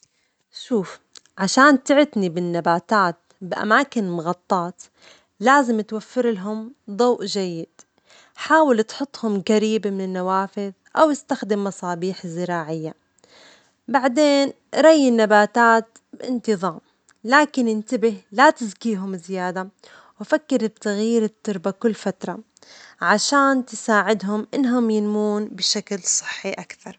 شوف، عشان تعتني بالنباتات بأماكن مغطاة لازم توفر لهم ضوء جيد، حاول تحطهم جريب من النوافذ أو استخدم مصابيح زراعية، بعدين ري النباتات بانتظام لكن انتبه لا تزكيهم زيادة، وفكر بتغيير التربة كل فترة عشان تساعدهم إنهم ينمون بشكل صحي أكثر.